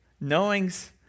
Knowing's